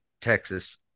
Texas